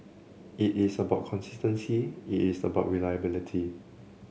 it is about consistency it is about reliability